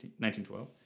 1912